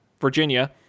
Virginia